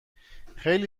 خیلی